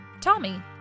Tommy